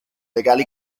legali